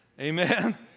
Amen